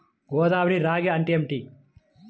గోదావరి రాగి అంటే ఏమిటి?